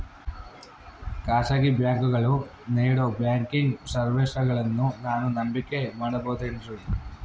ಖಾಸಗಿ ಬ್ಯಾಂಕುಗಳು ನೇಡೋ ಬ್ಯಾಂಕಿಗ್ ಸರ್ವೇಸಗಳನ್ನು ನಾನು ನಂಬಿಕೆ ಮಾಡಬಹುದೇನ್ರಿ?